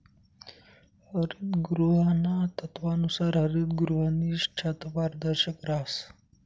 हरितगृहाना तत्वानुसार हरितगृहनी छत पारदर्शक रहास